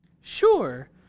Sure